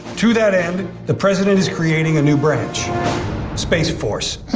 to that end, the president is creating a new branch space force.